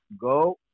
go